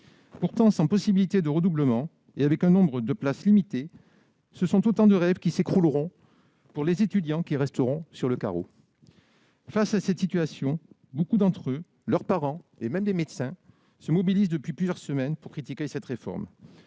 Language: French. Pourtant, sans possibilité de redoublement et avec un nombre de places limité, ce sont autant de rêves qui s'écrouleront pour les étudiants qui resteront sur le carreau. Face à cette situation, beaucoup d'entre eux, leurs parents, et même des médecins, se mobilisent depuis plusieurs semaines pour critiquer cette réforme.